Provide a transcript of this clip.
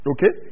Okay